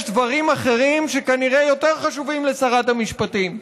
יש דברים אחרים שכנראה יותר חשובים לשרת המשפטים,